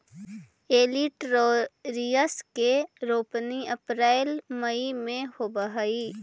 olitorius के रोपनी अप्रेल मई में होवऽ हई